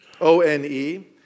O-N-E